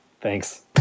Thanks